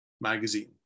Magazine